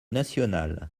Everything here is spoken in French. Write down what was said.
nationale